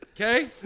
Okay